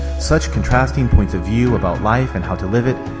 such contrasting points of view about life and how to live it,